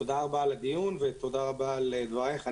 תודה רבה על הדיון ותודה רבה על דבריך.